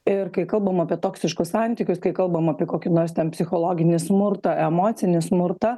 ir kai kalbam apie toksiškus santykius kai kalbam apie kokį nors ten psichologinį smurtą emocinį smurtą